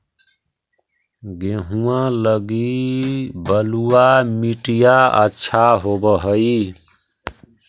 गेहुआ लगी बलुआ मिट्टियां अच्छा होव हैं?